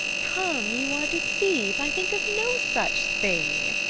come, you are deceiv'd, i think of no such thing.